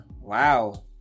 wow